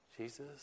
Jesus